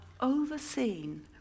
overseen